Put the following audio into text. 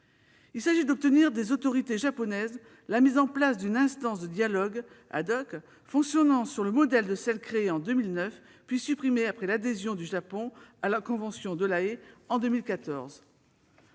Il s'agit d'obtenir des autorités japonaises la mise en place d'une instance de dialogue, fonctionnant sur le modèle de celle qui a été créée en 2009, puis supprimée après l'adhésion du Japon à la convention de La Haye en 2014.